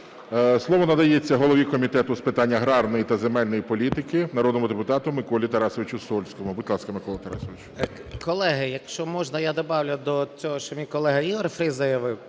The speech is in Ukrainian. Слово надається голові Комітету з питань аграрної та земельної політики народному депутату Миколі Тарасовичу Сольському. Будь ласка, Микола Тарасович. 13:51:52 СОЛЬСЬКИЙ М.Т. Колеги, якщо можна, я добавлю до цього, що мій колега Ігор Фріс заявив,